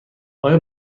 آیا